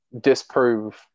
disprove